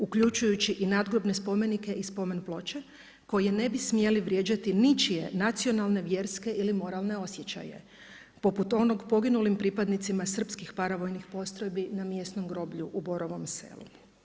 Uključujući i nadgrobne spomenike i spomen ploče, koje ne bi smijali vrijeđati ničije, nacionalne, vjerske ili moralne osjećaje, poput onog poginulim pripadnicima srpskih paravojnih postrojbi na mjesnom groblju u Borovom Selu.